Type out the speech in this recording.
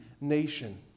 nation